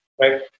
right